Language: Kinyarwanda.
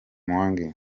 mwangi